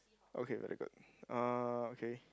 okay very good uh okay